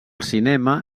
cinema